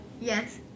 Yes